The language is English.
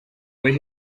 where